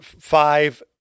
five